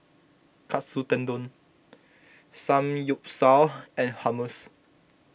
Katsu Tendon Samgyeopsal and Hummus